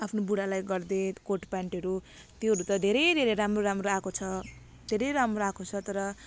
आफ्नो बुढालाई गरिदिएको कोट पेन्टहरू त्योहरू त धेरै राम्रो राम्रो आएको छ धेरै राम्रो आएको छ तर